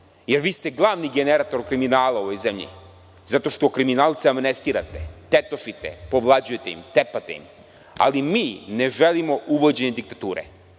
jer vi ste glavni generator kriminala u ovoj zemlji zato što kriminalce amnestirate, tetošite, povlađujete im, tepate im, ali mi ne želimo uvođenje diktature.